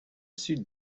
sud